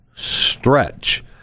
stretch